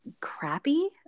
crappy